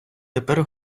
тепер